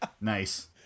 Nice